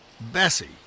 Bessie